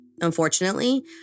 Unfortunately